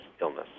illness